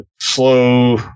slow